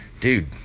dude